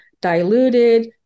diluted